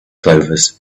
clovers